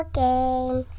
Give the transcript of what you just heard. game